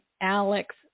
Alex